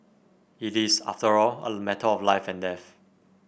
it is after all a matter of life and death